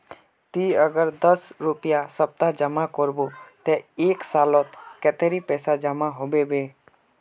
ती अगर दस रुपया सप्ताह जमा करबो ते एक सालोत कतेरी पैसा जमा होबे बे?